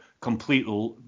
complete